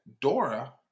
Dora